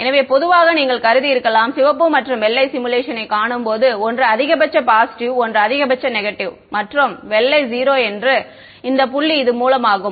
எனவே பொதுவாக நீங்கள் கருதியிருக்கலாம் சிவப்பு மற்றும் வெள்ளை சிமுலேஷனை காணும்போது ஒன்று அதிகபட்ச பாசிட்டிவ் ஒன்று அதிகபட்ச நெகட்டிவ் மற்றும் வெள்ளை 0 என்று இந்த புள்ளி இது மூலமாகும்